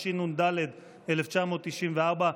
התשנ"ד 1994,